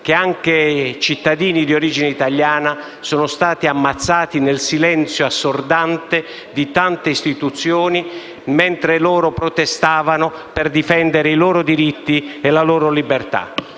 che anche cittadini di origine italiana sono stati ammazzati, nel silenzio assordante di tante istituzioni, mentre protestavano per difendere i loro diritti e la loro libertà.